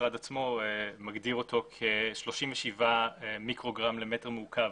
המשרד עצמו מגדיר אותו כ-37 מיקרוגרם של חלקיקים למטר מעוקב.